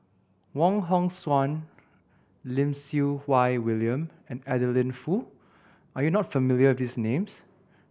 Wong Hong Suen Lim Siew Wai William and Adeline Foo are you not familiar these names